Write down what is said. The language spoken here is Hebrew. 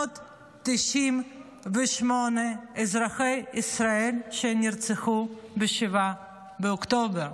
798 אזרחי ישראל נרצחו ב-7 באוקטובר.